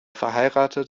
verheiratet